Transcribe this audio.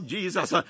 Jesus